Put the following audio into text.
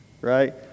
Right